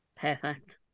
Perfect